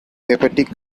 hepatic